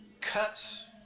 cuts